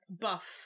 buff